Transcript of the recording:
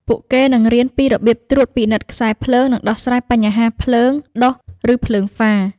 ពួកគេនឹងរៀនពីរបៀបត្រួតពិនិត្យខ្សែភ្លើងនិងដោះស្រាយបញ្ហាភ្លើងដុះឬភ្លើងហ្វារ។